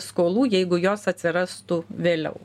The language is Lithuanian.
skolų jeigu jos atsirastų vėliau